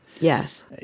Yes